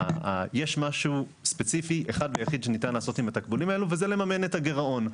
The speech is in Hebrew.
יש משהו אחד ויחיד שניתן לעשות עם התקבולים האלה וזה לממן את הגירעון.